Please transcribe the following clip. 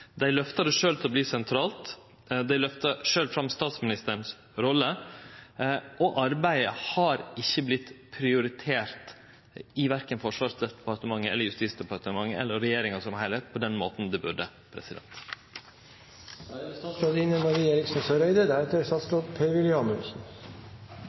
Dei løfta det sjølve til å verte sentralt. Dei løfta sjølve fram statsministerens rolle. Og arbeidet har ikkje vorte prioritert verken i Forsvarsdepartementet, i Justisdepartementet eller i ei samla regjering på den måten det burde.